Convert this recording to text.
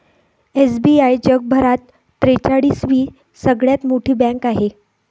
SBI जगभरात त्रेचाळीस वी सगळ्यात मोठी बँक आहे